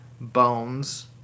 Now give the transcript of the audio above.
bones